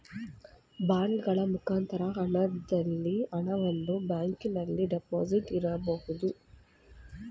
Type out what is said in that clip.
ಬಾಂಡಗಳ ಮುಖಾಂತರ ಹಣದಲ್ಲಿ ಹಣವನ್ನು ಬ್ಯಾಂಕಿನಲ್ಲಿ ಡೆಪಾಸಿಟ್ ಇರಬಹುದು